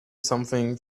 something